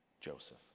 Joseph